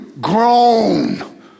grown